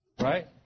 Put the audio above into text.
Right